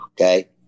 okay